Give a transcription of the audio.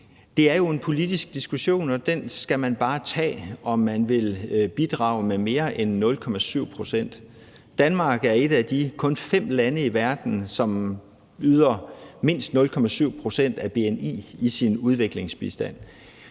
Det er jo en politisk diskussion – og den skal man bare tage – om man vil bidrage med mere end 0,7 pct. Danmark er et af de kun fem lande i verden, som yder mindst 0,7 pct. af bni i sin udviklingsbistand,